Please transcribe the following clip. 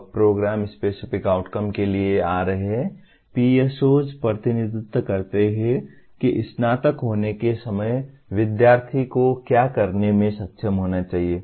अब program specific outcome के लिए आ रहा है PSOs प्रतिनिधित्व करते हैं कि स्नातक होने के समय विद्यार्थी को क्या करने में सक्षम होना चाहिए